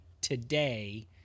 today